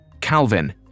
Calvin